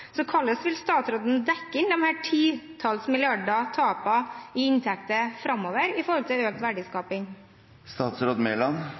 så hvordan vil statsråden dekke inn disse titalls milliardene kroner i tap av inntekter framover, med hensyn til økt verdiskaping? Representanten sa 80 mrd. kr i inntekter